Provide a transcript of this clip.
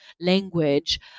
language